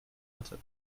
hatte